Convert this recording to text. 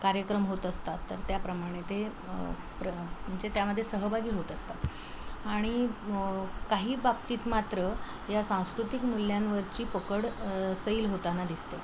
कार्यक्रम होत असतात तर त्याप्रमाणे ते प्र म्हणजे त्यामध्ये सहभागी होत असतात आणि काही बाबतीत मात्र या सांस्कृतिक मूल्यांवरची पकड सैल होताना दिसते